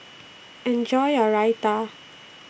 Enjoy your Raita